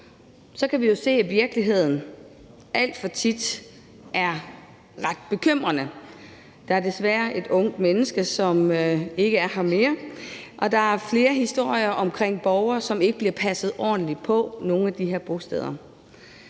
kan man jo se, at virkeligheden alt for tit er ret bekymrende. Der er desværre et ungt menneske, som ikke er her mere, og der er flere historier om borgere, som ikke bliver passet ordentligt på på nogle af de her bosteder,